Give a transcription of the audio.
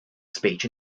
speech